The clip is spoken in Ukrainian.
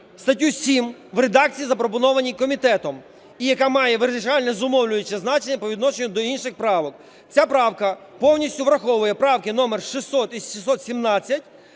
статтю 7 в редакції, запропонованій комітетом, і, яка має вирішальне, зумовлююче значення по відношенню до інших правок. Ця правка повністю враховує правки номер 600 і 617,